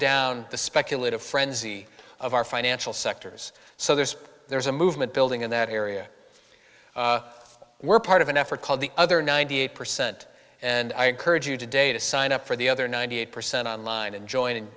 down the speculative frenzy of our financial sectors so there's there's a movement building in that area were part of an effort called the other ninety eight percent and i encourage you today to sign up for the other ninety eight percent online and join